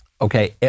Okay